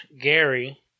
Gary